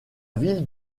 ville